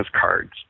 cards